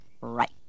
Right